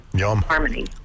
harmony